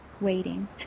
waiting